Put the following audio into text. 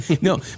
No